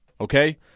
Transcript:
okay